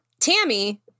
Tammy